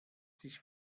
sich